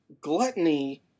gluttony